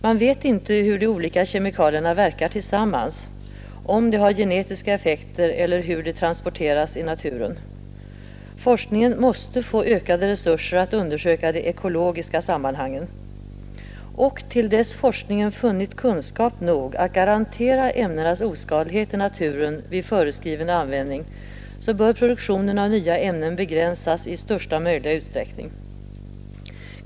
Man vet inte hur de olika kemikalierna verkar tillsammans, om de har genetiska effekter eller hur de transporteras i naturen. Forskningen måste få ökade resurser att undersöka de ekologiska sammanhangen. Och till dess forskningen funnit kunskap nog att garantera ämnenas oskadlighet i naturen vid föreskriven användning bör produktionen av nya ämnen begränsas i största möjliga utsträckning.